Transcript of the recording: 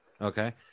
okay